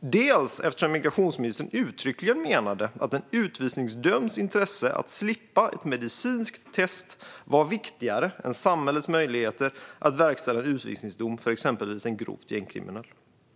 Dels menade migrationsministern uttryckligen att en utvisningsdömds intresse att slippa ett medicinskt test var viktigare än samhällets möjligheter att verkställa en utvisningsdom för exempelvis en grovt gängkriminell.